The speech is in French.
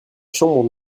chambre